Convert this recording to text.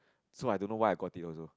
so I don't know why I got it also